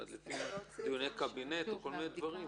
מדליפים דברים מהקבינט או כל מיני דברים.